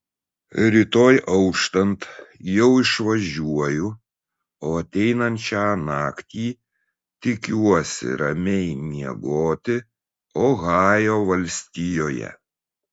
rytoj auštant jau išvažiuoju o ateinančią naktį tikiuosi ramiai miegoti ohajo valstijoje